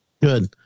Good